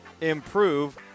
improve